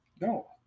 No